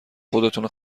خودتونو